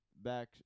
Back